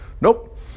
Nope